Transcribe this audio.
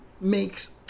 makes